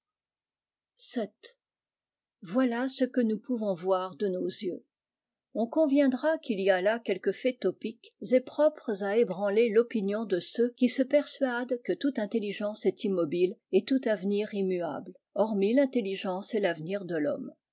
voilà ce que nous pouvons voir de nos yeux on conviendra qu'il y a là quelques faits topiques et propres à ébranler topinion de ceux qui se persuadent que toute intelligence est immobile et tout avenir immuable hormis rintelligence et l'avenir de l'homme